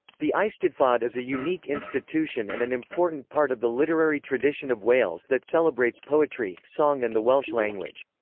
the eisteddfod is a unique institution and an important part of the literary tradition of wales that celebrates poetry, song and the welsh language.